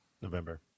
November